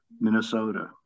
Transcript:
Minnesota